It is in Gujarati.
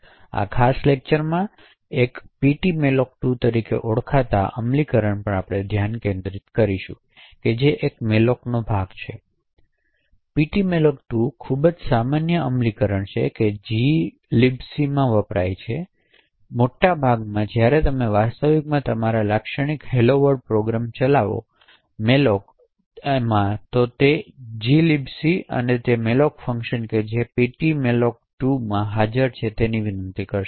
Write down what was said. તેથી આ ખાસ લેક્ચરમાં એક ptmalloc2 તરીકે ઓળખાતા અમલીકરણ પર ધ્યાન કેન્દ્રિત malloc કરીશુંજેથી ptmalloc2 ખૂબ જ સામાન્ય અમલીકરણ કે જે glibc માં વપરાય છે તેથી મોટા ભાગે જ્યારે તમે વાસ્તવમાં તમારા લાક્ષણિક હેલ્લો વર્લ્ડ પ્રોગ્રામ ચલાવો malloc તેને માં તે gilibc અને તે malloc ફંકશન જે ptmalloc2 હાજર છે વિનંતી કરશે